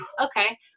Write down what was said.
Okay